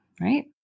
right